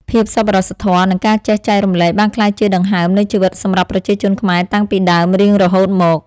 ភាពសប្បុរសធម៌និងការចេះចែករំលែកបានក្លាយជាដង្ហើមនៃជីវិតសម្រាប់ប្រជាជនខ្មែរតាំងពីដើមរៀងរហូតមក។